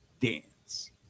dance